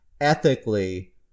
ethically